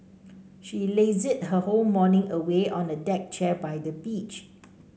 she lazed her whole morning away on a deck chair by the beach